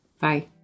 Bye